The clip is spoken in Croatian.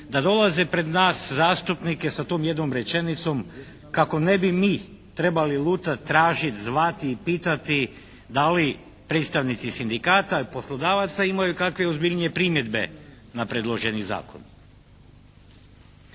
da dolaze pred nas zastupnike sa tom jednom rečenicom kako ne bi mi trebali lutati, tražiti, zvati i pitati da li predstavnici sindikata ili poslodavaca imaju kakva ozbiljnije primjedbe na predloženi zakon.